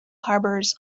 harbours